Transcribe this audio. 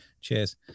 Cheers